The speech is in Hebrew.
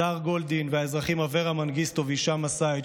הדר גולדין והאזרחים אברה מנגיסטו והישאם א-סייד,